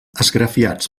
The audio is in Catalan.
esgrafiats